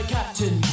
Captain